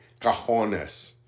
cajones